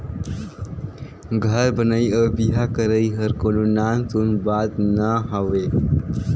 घर बनई अउ बिहा करई हर कोनो नान सून बात ना हवे